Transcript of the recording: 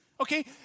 Okay